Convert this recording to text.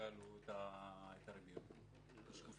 אני לא יכול להבטיח לך שלא יעלו את הריביות.